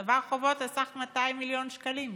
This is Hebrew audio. צבר חובות על סך 200 מיליון שקלים.